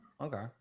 Okay